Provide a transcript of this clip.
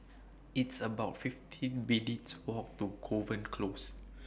It's about fifteen minutes' Walk to Kovan Close